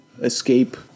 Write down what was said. escape